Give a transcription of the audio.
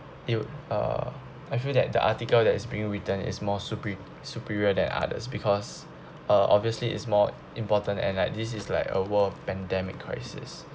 you uh I feel that the article that is being written is more supe~ superior than others because uh obviously it's more important and like this is like a world of pandemic crisis